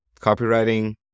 copywriting